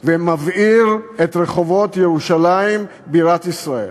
ומבעיר את רחובות ירושלים בירת ישראל.